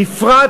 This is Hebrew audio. בפרט